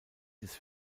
des